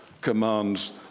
commands